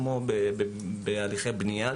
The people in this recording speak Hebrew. כמו בהליכי בנייה,